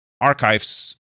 archives